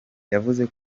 yavuze